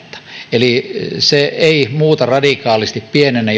eli se ei muuta radikaalisti ei pienennä